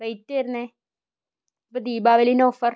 rate വരുന്നത് ഇപ്പോൾ ദീപാവലീൻ്റെ ഓഫർ